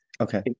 Okay